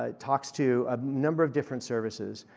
ah talks to a number of different services.